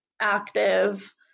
active